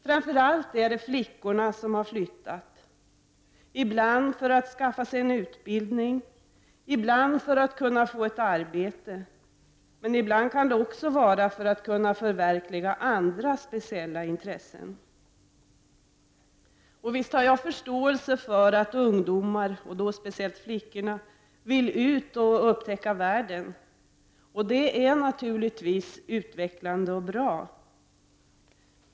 Framför allt är det flickorna som har flyttat, ibland för att skaffa sig en utbildning, ibland för att kunna få ett arbetet, men ibland kan det också vara för att kunna förverkliga andra speciella intressen. Visst har jag förståelse för att ungdomar, och då speciellt flickor, vill ut och upptäcka världen, och det är naturligtvis utvecklande och bra.